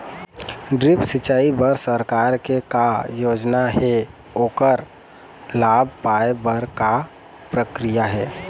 Drip सिचाई बर सरकार के का योजना हे ओकर लाभ पाय बर का प्रक्रिया हे?